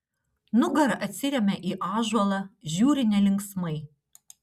nugara atsiremia į ąžuolą žiūri nelinksmai